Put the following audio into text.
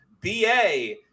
ba